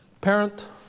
Parent